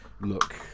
Look